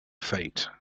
fate